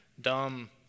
dumb